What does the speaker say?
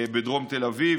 בדרום תל אביב,